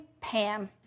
Pam